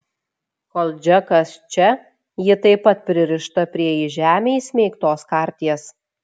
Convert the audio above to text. kol džekas čia ji taip pat pririšta prie į žemę įsmeigtos karties